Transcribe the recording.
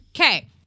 Okay